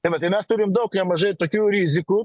tai va tai mes turim daug nemažai tokių rizikų